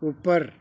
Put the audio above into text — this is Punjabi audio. ਉੱਪਰ